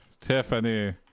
Tiffany